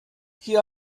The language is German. hier